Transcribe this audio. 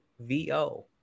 VO